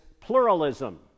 pluralism